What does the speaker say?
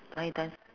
line dance